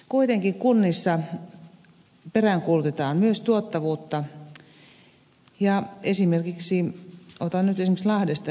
kuitenkin kunnissa peräänkuulutetaan myös tuottavuutta ja otan nyt lahdesta esimerkin